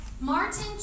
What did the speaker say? Martin